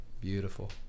Beautiful